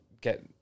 get